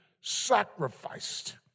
sacrificed